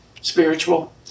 spiritual